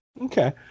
Okay